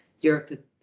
Europe